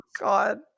God